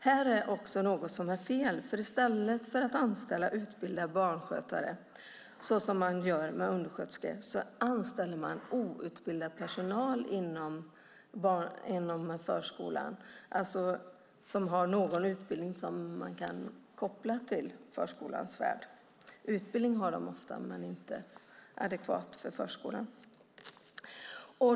Här är något som är fel, för i stället för att anställa utbildade barnskötare - som man gör med undersköterskor - anställer man inom förskolan personal som har någon annan utbildning som kan kopplas till förskolans värld men som inte är adekvat för förskolan.